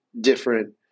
different